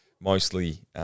mostly –